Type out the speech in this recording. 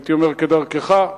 הייתי אומר, כדרכך.